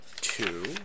two